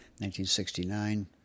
1969